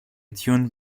tuned